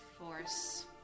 force